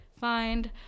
find